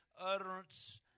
utterance